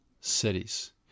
cities